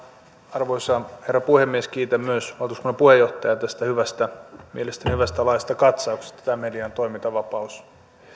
arvoisa herra puhemies kiitän myös valtuuskunnan puheenjohtajaa tästä mielestäni hyvästä laajasta katsauksesta tämä median toimintavapaus